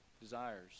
desires